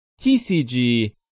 TCG